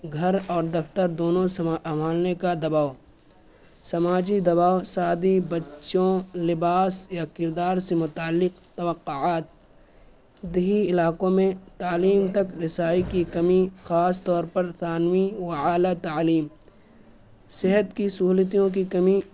گھر اور دفتر دونوںا امالنے کا دباؤ سماجی دباؤ سادی بچوں لباس یا کردار سے متعلق توقعات دیہی علاقوں میں تعلیم تک رسائی کی کمی خاص طور پر ثانوی و اعلیٰ تعلیم صحت کی سہولتوں کی کمی